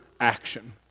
action